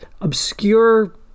obscure